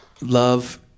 love